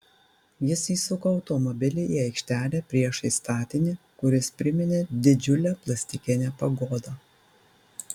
jis įsuko automobilį į aikštelę priešais statinį kuris priminė didžiulę plastikinę pagodą